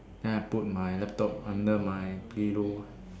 then I put my laptop under my pillow